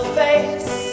face